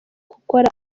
gukora